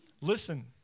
Listen